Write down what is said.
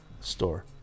store